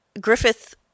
Griffith